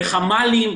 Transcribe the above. בחמ"לים,